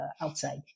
outside